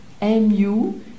M-U